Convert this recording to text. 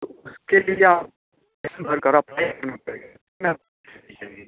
तो उसके लिए आप भर कर आप है ना